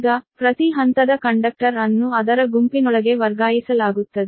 ಈಗ ಪ್ರತಿ ಹಂತದ ಕಂಡಕ್ಟರ್ ಅನ್ನು ಅದರ ಗುಂಪಿನೊಳಗೆ ವರ್ಗಾಯಿಸಲಾಗುತ್ತದೆ